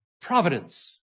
Providence